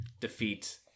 defeat